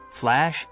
flash